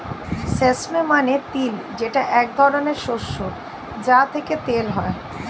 sesame মানে তিল যেটা এক ধরনের শস্য যা থেকে তেল হয়